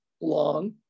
long